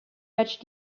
much